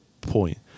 point